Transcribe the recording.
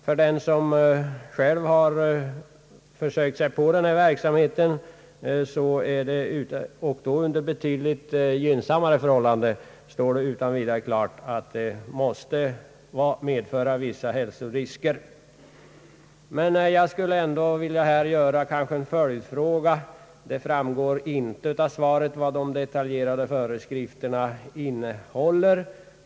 För den som själv har försökt sig på sådan aktivitet — och då under betydligt gynnsammare förhållanden — står det utan vidare klart att detta måste medföra vissa hälsorisker. Men jag skulle här ändå vilja göra en följdfråga — det framgår inte av svaret vad de detaljerade föreskrifterna innehåller.